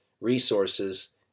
resources